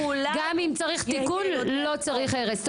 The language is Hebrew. גם אם צריך תיקון לא צריך הרס,